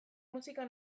musika